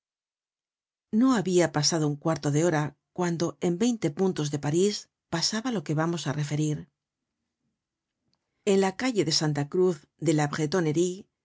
no habia pasado un cuarto de hora cuando en veinte puntos de parís pasaba lo que vamos á referir en la calle de santa cruz de